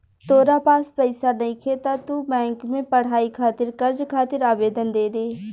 तोरा पास पइसा नइखे त तू बैंक में पढ़ाई खातिर कर्ज खातिर आवेदन दे दे